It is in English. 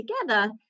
together